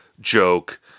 joke